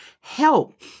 help